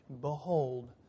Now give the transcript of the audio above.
Behold